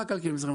רק על כלים זרים.